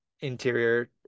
interior